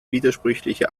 widersprüchliche